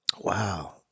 Wow